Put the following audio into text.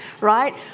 right